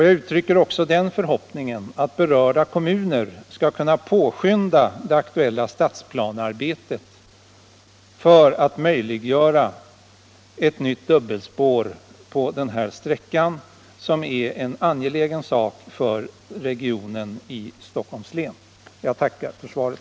Jag uttrycker också den förhoppningen att berörda kommuner skall kunna påskynda det aktuella stadsplanearbetet för att möjliggöra ett nytt dubbelspår på sträckan, något som är angeläget för den här delen av Stockholms län. Jag tackar än en gång för svaret.